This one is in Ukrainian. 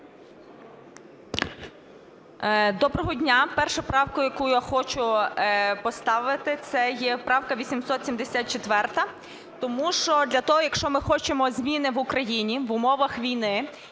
Доброго дня! Перша правка, яку я хочу поставити, – це є правка 874. Тому що для того, якщо ми хочемо зміни в Україні в умовах війни